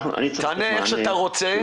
תענה איך שאתה רוצה,